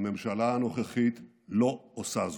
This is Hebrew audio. הממשלה הנוכחית לא עושה זאת.